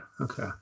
okay